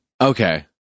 Okay